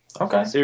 Okay